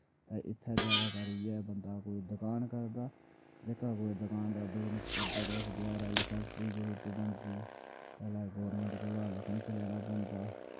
इत्थै जादातर इ'यै ऐ बंदा कोई दकान करदा जेह्का कोई दकान दा बिजनस करदा तां उस बचैरै लसैंस दी जरूरत बनदी पैह्ले गौरमैंट कोला लसैंस लैना पौंदा